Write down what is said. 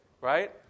right